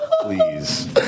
please